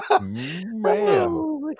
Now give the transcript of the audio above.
Man